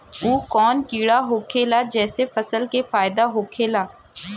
उ कौन कीड़ा होखेला जेसे फसल के फ़ायदा होखे ला?